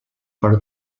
per